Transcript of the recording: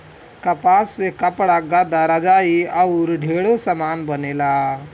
कपास से कपड़ा, गद्दा, रजाई आउर ढेरे समान बनेला